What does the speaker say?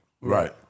Right